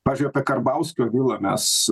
pavyzdžiui apie karbauskio vilą mes